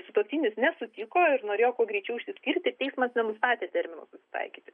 sutuoktinis nesutiko ir norėjo kuo greičiau išsiskirti teismas nenustatė termino taikytis